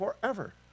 forever